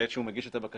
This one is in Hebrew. בעת שהוא מגיש את הבקשה,